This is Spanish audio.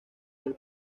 del